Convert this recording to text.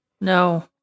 No